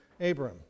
Abram